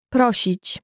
Prosić